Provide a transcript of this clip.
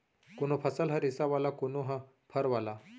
कोनो फसल ह रेसा वाला, कोनो ह फर वाला